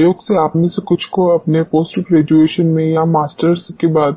संयोग से आप में से कुछ को अपने पोस्ट ग्रेजुएशन में या मास्टर्स के बाद